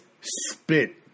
spit